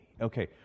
Okay